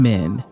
Men